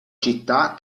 città